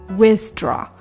withdraw